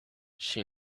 she